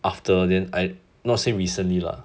after then I not say recently lah